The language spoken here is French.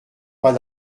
pas